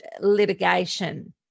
litigation